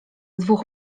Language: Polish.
dwóch